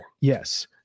Yes